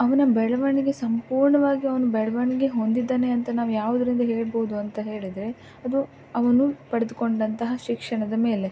ಅವನ ಬೆಳವಣಿಗೆ ಸಂಪೂರ್ಣವಾಗಿ ಅವ್ನ ಬೆಳವಣಿಗೆ ಹೊಂದಿದ್ದಾನೆ ಅಂತ ನಾವು ಯಾವುದ್ರಿಂದ ಹೇಳ್ಬೋದು ಅಂತ ಹೇಳಿದರೆ ಅದು ಅವನು ಪಡೆದ್ಕೊಂಡಂತಹ ಶಿಕ್ಷಣದ ಮೇಲೆ